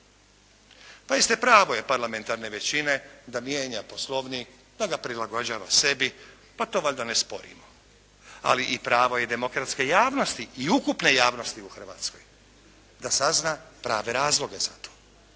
Pazite pravo je parlamentarne većine da mijenja Poslovnik, da ga prilagođava sebi, pa to valjda ne sporimo. Ali pravo je i demokratske javnosti i ukupne javnosti u Hrvatskoj da sazna prave razloge za to.